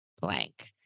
blank